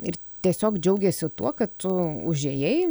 ir tiesiog džiaugiasi tuo kad tu užėjai